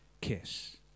kiss